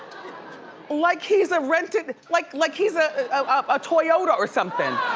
like he's a rented, like like he's a ah a toyota or something.